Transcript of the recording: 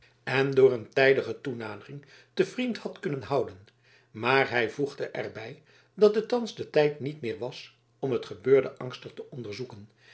en door een tijdige toenadering te vriend had kunnen houden maar hij voegde er bij dat het thans de tijd niet meer was om het gebeurde angstig te onderzoeken